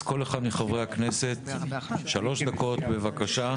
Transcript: אז כל אחד מחברי הכנסת, שלוש דקות בבקשה.